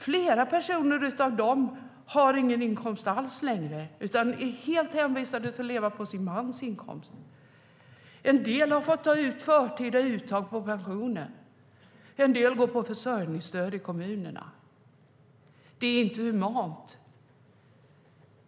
Flera av dem har ingen inkomst alls längre utan är helt hänvisade till att leva på sin mans inkomst. En del har fått göra förtida uttag av pensionen. En del går på försörjningsstöd i kommunerna. Det är inte humant.